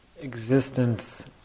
existence